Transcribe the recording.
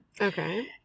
okay